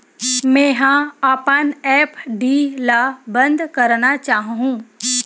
मेंहा अपन एफ.डी ला बंद करना चाहहु